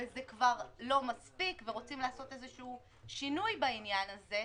וזה כבר לא מספיק ורוצים לעשות איזשהו שינוי בעניין הזה,